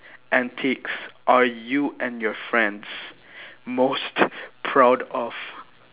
antics are you and your friends most proud of